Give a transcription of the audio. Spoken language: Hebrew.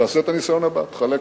תעשה את הניסיון הבא: תחלק